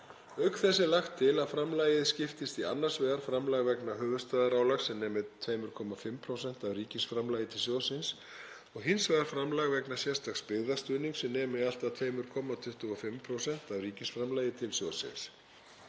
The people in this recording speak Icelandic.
Auk þess er lagt til að framlagið skiptist í annars vegar framlag vegna höfuðstaðarálags sem nemi 2,5% af ríkisframlagi til sjóðsins og hins vegar framlag vegna sérstaks byggðastuðnings sem nemi allt að 2,25% af ríkisframlagi til sjóðsins.